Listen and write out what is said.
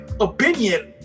opinion